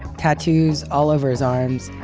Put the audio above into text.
tattoos all over his arms,